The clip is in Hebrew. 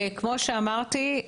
כמו שאמרתי,